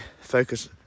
focus